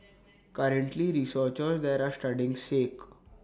currently researchers there are studying sake